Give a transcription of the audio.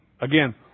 again